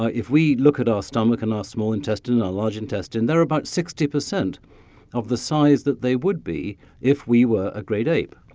ah if we look at our stomach, and our small intestine and our large intestine, they're about sixty percent of the size that they would be if we were a great ape.